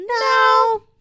no